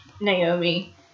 Naomi